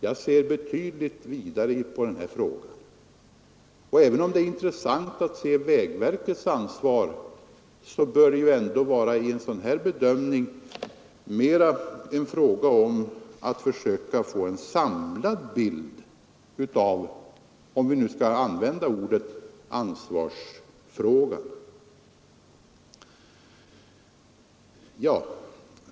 Jag ser betydligt vidare på den här frågan, och även om det är intressant att se på vägverkets ansvar bör det ändå i en sådan här bedömning mer vara en fråga om att försöka få en samlad bild av, om man nu skall använda ordet, ansvarsfrågan.